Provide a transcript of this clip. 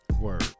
word